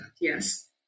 Yes